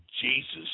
Jesus